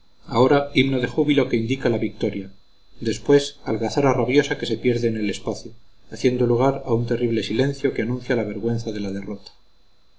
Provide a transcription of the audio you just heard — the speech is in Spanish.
ahora himno de júbilo que indica la victoria después algazara rabiosa que se pierde en el espacio haciendo lugar a un terrible silencio que anuncia la vergüenza de la derrota